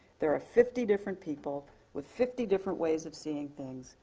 there are fifty different people, with fifty different ways of seeing things,